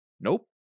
nope